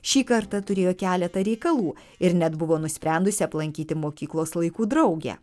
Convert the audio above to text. šį kartą turėjo keletą reikalų ir net buvo nusprendusi aplankyti mokyklos laikų draugę